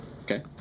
Okay